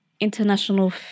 international